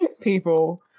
people